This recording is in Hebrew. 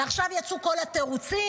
ועכשיו יצאו כל התירוצים,